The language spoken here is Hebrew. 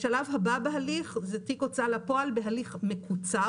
השלב הבא בהליך זה תיק הוצאה לפועל בהליך מקוצר,